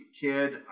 kid